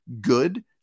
good